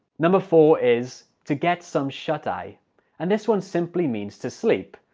number four is to get some shut eye and this one simply means to sleep.